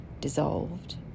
dissolved